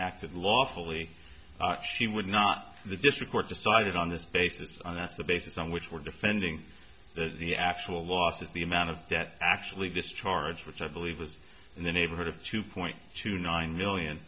acted lawfully she would not the district court decided on this basis on that's the basis on which we're defending the actual losses the amount of debt actually this taurus which i believe was in the neighborhood of two point two nine million